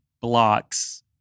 blocks